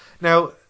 now